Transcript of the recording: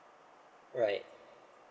right